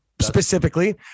specifically